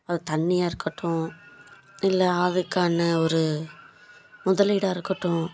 அது தண்ணியாக இருக்கட்டும் இல்லை அதுக்கான ஒரு முதலீடாக இருக்கட்டும்